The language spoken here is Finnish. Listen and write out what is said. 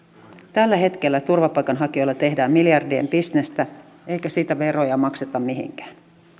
tällä hetkellä turvapaikanhakijoilla tehdään miljardien bisnestä eikä siitä veroja makseta mihinkään